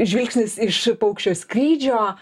žvilgsnis iš paukščio skrydžio